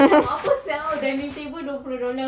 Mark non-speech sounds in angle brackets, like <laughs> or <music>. <laughs>